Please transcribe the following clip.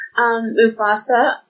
Mufasa